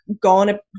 gone